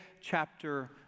chapter